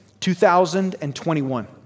2021